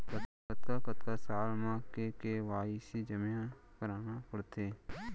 कतका कतका साल म के के.वाई.सी जेमा करना पड़थे?